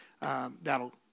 that'll